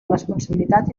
responsabilitat